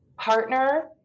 partner